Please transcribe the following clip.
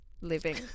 living